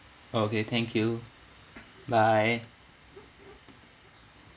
okay thank you bye